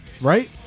Right